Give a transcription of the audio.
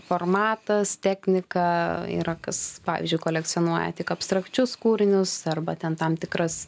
formatas teknika yra kas pavyzdžiui kolekcionuoja tik abstrakčius kūrinius arba ten tam tikras